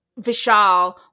Vishal